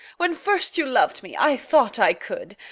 when first you loved me, i thought i could.